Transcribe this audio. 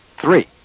three